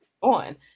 on